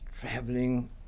traveling